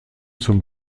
zum